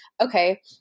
okay